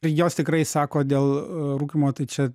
tai jos tikrai sako dėl rūkymo tai čia